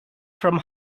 from